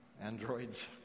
Androids